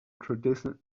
tradition